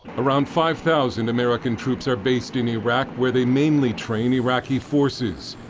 around five thousand american troops are based in iraq where they mainly train iraqi forces,